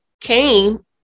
Cain